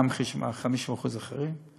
מה עם 50% האחרים?